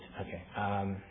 okay